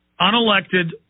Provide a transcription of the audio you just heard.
unelected